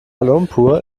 lumpur